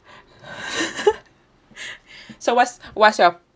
so what's what's your